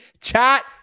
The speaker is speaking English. Chat